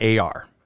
AR